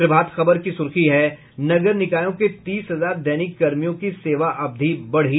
प्रभात खबर की सुर्खी है नगर निकायों के तीस हजार दैनिक कर्मियों की सेवा अवधि बढ़ी